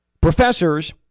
professors